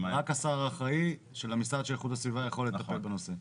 רק השר האחראי של המשרד של איכות הסביבה יכול לטפל בנושא.